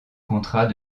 contrat